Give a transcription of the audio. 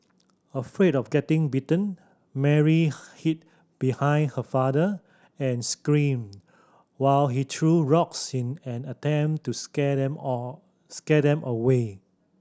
afraid of getting bitten Mary hid behind her father and screamed while he threw rocks in an attempt to scare them all scare them away